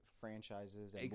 franchises